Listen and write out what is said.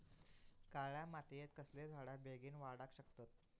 काळ्या मातयेत कसले झाडा बेगीन वाडाक शकतत?